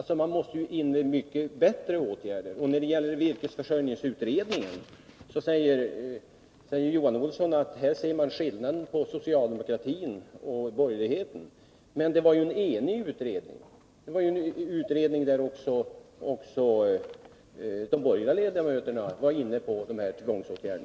Bättre åtgärder måste sättas in. När det gäller virkesförsörjningsutredningen påstår Johan Olsson att man ser skillnaden mellan socialdemokratin och borgerligheten. Men utredningen var ju enig. Också de borgerliga ledamöterna var inne på dessa tvångsåtgärder.